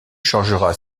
changera